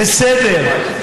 בסדר.